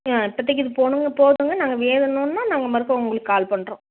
ஆ இப்போதிக்கி இது போணுங்க போதுங்க நாங்கள் வேணுன்னால் நாங்கள் மறுக்கா உங்களுக்கு கால் பண்ணுறோம்